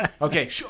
Okay